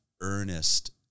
earnest